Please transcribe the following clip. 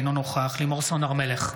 אינו נוכח לימור סון הר מלך,